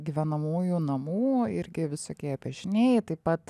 gyvenamųjų namų irgi visokie piešiniai taip pat